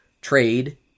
Trade